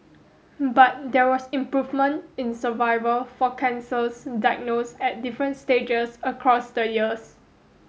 but there was improvement in survival for cancers diagnosed at different stages across the years